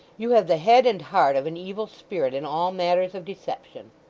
you have the head and heart of an evil spirit in all matters of deception